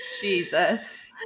Jesus